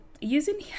using